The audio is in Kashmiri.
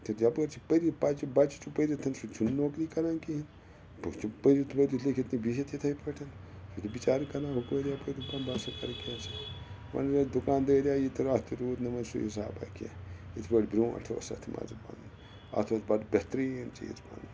تہِ تہٕ یپٲرۍ چھِ پٔرِتھ بَچہِ بَچہِ چھُ پٔرِتھ سُہ تہِ چھُنہٕ نوکری کَران کِہیٖنۍ بہٕ چھُ پٔرِتھ لیٚکھِتھ لیکھِتھ تہٕ بِہِتھ یتھٔے پٲٹھۍ سُہ چھُ بِچارٕ کَران ہوٚپٲرۍ یَپٲرۍ دپان بہٕ ہسا کَرٕ کیٛنٛہہ وۄنۍ یہٲے دُکاندٲری آے یہِ تہِ اَتھ تہِ روٗد نہٕ وۄنۍ سُہ حِسابہ کیٚنٛہہ یِتھ پٲٹھۍ برٛونٛٹھ اوس اَتھ مَزٕ پَنُن اَتھ اوس بَڑٕ بہتریٖن چیٖز پَنُن